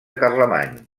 carlemany